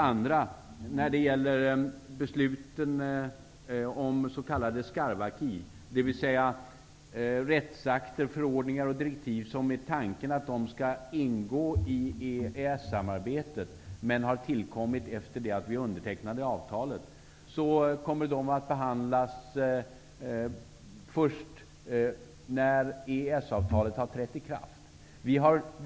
skarv-acquis, dvs. rättsakter, förordningar och direktiv som är tänkta att ingå i EES-samarbetet men som har tillkommit efter att vi undertecknade avtalet, kommer att behandlas först när EES avtalet har trätt i kraft.